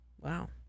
Wow